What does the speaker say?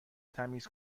تمیز